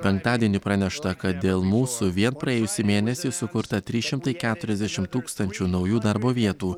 penktadienį pranešta kad dėl mūsų vien praėjusį mėnesį sukurta trys šimtai keturiasdešimt tūkstančių naujų darbo vietų